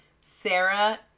Sarah